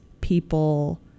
people